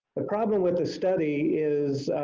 the problem with the study is